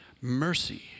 mercy